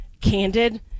candid